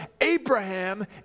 Abraham